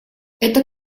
это